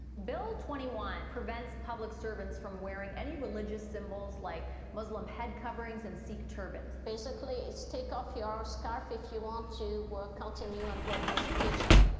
bill twenty one prevents public servants from wearing any religious symbols like muslim head coverings and sikh turbans. basically, it's take off your scarf if you want to continue and work as a teacher.